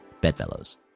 bedfellows